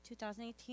2018